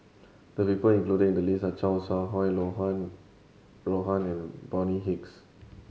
the people included in the list are Chow Sau Hai Roland Huang Wenhong and Bonny Hicks